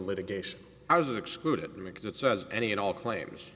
litigation i was excluded because it says any and all claims